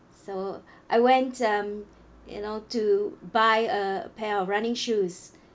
so I went um you know to buy a pair of running shoes